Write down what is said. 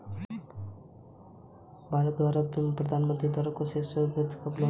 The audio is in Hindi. यूटिलिटी पब्लिक के अंतर्गत क्या आता है?